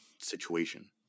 situation